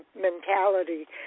mentality